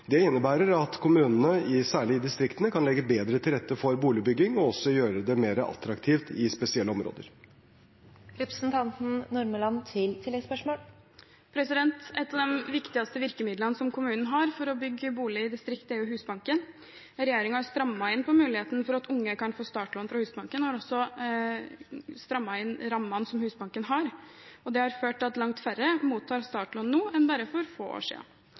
Det innebærer at kommunene, særlig i distriktene, kan legge bedre til rette for boligbygging og også gjøre det mer attraktivt i spesielle områder. Et av de viktigste virkemidlene som kommunen har for å bygge boliger i distriktene, er Husbanken. Regjeringen har strammet inn på muligheten for at unge kan få startlån fra Husbanken, og har også strammet inn rammene som Husbanken har. Det har ført til at langt færre mottar startlån nå enn bare for få år